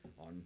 on